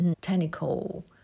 technical